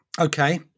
Okay